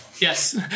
yes